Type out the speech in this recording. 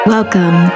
Welcome